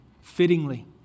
fittingly